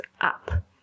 up